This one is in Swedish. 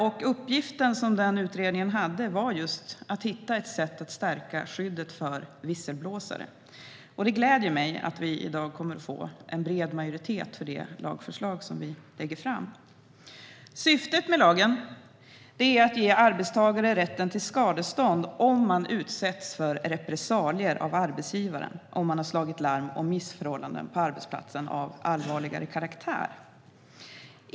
Den uppgift som den utredningen hade var just att hitta ett sätt att stärka skyddet för visselblåsare. Det gläder mig att vi i dag kommer att få en bred majoritet för det lagförslag som vi lägger fram. Syftet med lagen är att ge arbetstagare rätt till skadestånd om man utsätts för repressalier av arbetsgivaren om man har slagit larm om missförhållanden på arbetsplatsen av allvarligare karaktär.